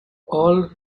all